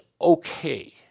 okay